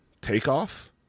takeoff